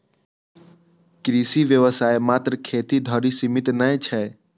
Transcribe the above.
कृषि व्यवसाय मात्र खेती धरि सीमित नै छै